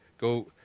go